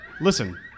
Listen